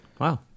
wow